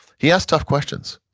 he asked tough questions.